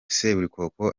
seburikoko